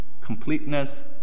completeness